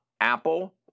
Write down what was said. Apple